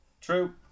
True